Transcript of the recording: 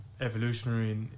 Evolutionary